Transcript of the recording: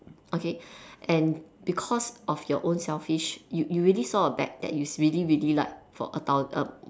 okay and because of your own selfish you you really saw a bag that you is really really like for a thousand